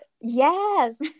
Yes